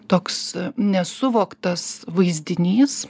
toks nesuvoktas vaizdinys